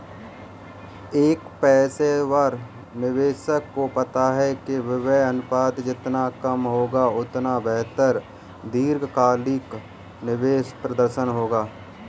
एक पेशेवर निवेशक को पता है कि व्यय अनुपात जितना कम होगा, उतना बेहतर दीर्घकालिक निवेश प्रदर्शन होगा